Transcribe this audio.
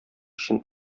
өчен